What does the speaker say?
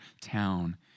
town